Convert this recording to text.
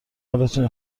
حالتون